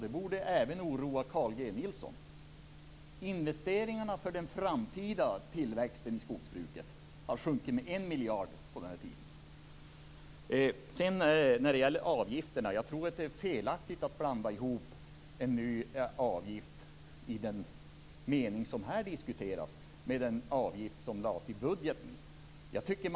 Det borde oroa även Carl G Nilsson. Investeringarna för den framtida tillväxten i skogsbruket har sjunkit med en miljard under denna tid. Jag tror att det är fel att blanda ihop en ny avgift i den mening som här diskuteras med den avgift som presenterades i budgeten.